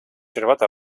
чревата